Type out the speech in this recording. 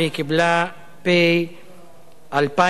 אני אספר לך איך הצעת החוק הזאת באה אל העולם.